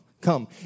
come